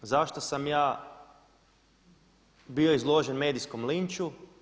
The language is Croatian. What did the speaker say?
Zašto sam ja bio izložen medijskom linču?